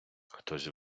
хтось